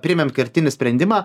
priimam kertinį sprendimą